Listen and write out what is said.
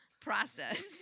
process